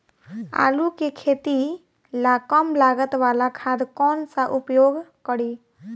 आलू के खेती ला कम लागत वाला खाद कौन सा उपयोग करी?